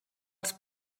els